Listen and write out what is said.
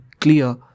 clear